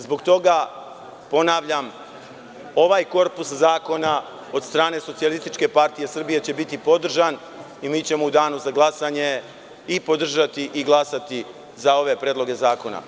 Zbog toga ponavljam, ovaj korpus zakona od strane Socijalističke partije Srbije će biti podržan i mi ćemo u danu za glasanje i podržati i glasati za ove predloge zakona.